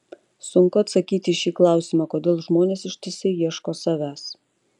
sunku atsakyti į šį klausimą kodėl žmonės ištisai ieško savęs